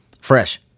fresh